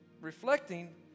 reflecting